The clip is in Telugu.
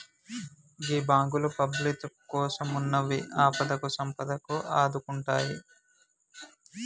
గీ బాంకులు పబ్లిక్ కోసమున్నయ్, ఆపదకు సంపదకు ఆదుకుంటయ్